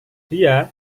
dia